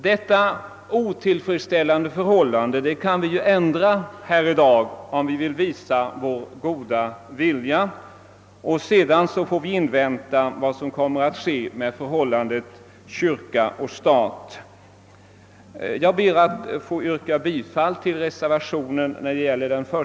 Detta otillfredsställande förhållande kan vi ändra här i dag om vi vill visa vår goda vilja, och sedan får vi invänta vad som kommer att ske med förhållandet kyrka—stat. Jag ber att få yrka bifall till reservationen.